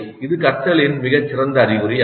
அது கற்றலின் மிகச் சிறந்த அறிகுறி அல்ல